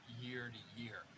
year-to-year